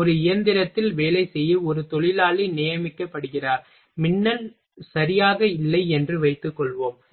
ஒரு இயந்திரத்தில் வேலை செய்ய ஒரு தொழிலாளி நியமிக்கப்படுகிறார் மின்னல் சரியாக இல்லை என்று வைத்துக்கொள்வோம்